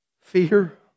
fear